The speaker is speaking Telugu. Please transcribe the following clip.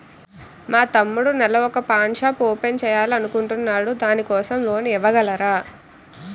మా తమ్ముడు నెల వొక పాన్ షాప్ ఓపెన్ చేయాలి అనుకుంటునాడు దాని కోసం లోన్ ఇవగలరా?